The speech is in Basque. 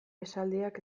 esaldiak